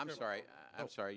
i'm sorry i'm sorry